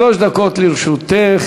שלוש דקות לרשותך.